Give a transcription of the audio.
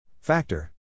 Factor